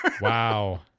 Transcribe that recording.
Wow